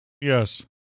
Yes